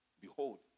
behold